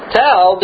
tell